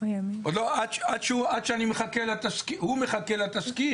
עד שהוא מחכה לתזכיר.